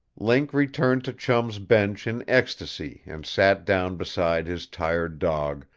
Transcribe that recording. link returned to chum's bench in ecstasy and sat down beside his tired dog,